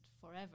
forever